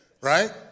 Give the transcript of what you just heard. Right